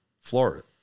Florida